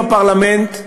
כנסים בפרלמנט,